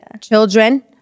children